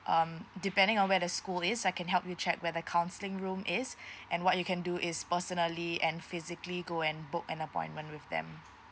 um depending on where the school is I can help you check where the counselling room is and what you can do is personally and physically go and book an appointment with them